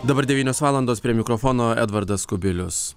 dabar devynios valandos prie mikrofono edvardas kubilius